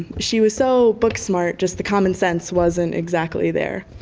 she was so book smart. just the common sense wasn't exactly there.